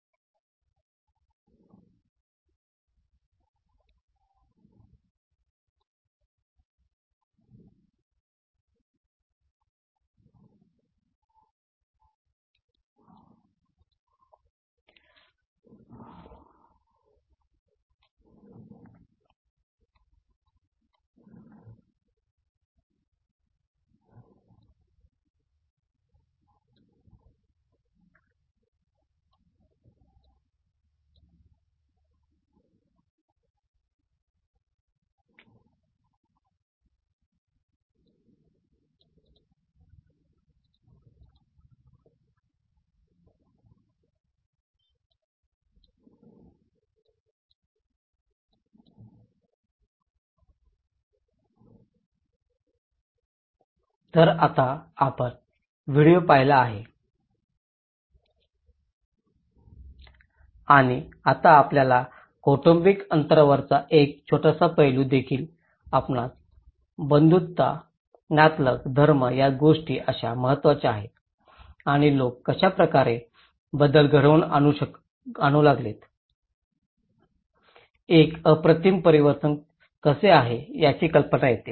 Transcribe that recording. Video Start Time 1559 Video End Time 2251 तर आता आपण व्हिडिओ पाहिला आहे आणि आता आपल्याला कौटुंबिक अंतराचा एक छोटासा पैलू देखील आपणास बंधुता नातलग धर्म या गोष्टी कशा महत्त्वाच्या आहेत आणि लोक कशा प्रकारे बदल घडवून आणू लागले एक आपत्तिमय परिवर्तन कसे आहे याची कल्पना येते